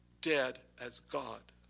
dead as god.